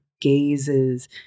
gazes